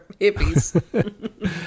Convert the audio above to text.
hippies